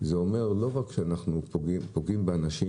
זה אומר שלא רק שאנחנו פוגעים באנשים